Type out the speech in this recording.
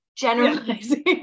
generalizing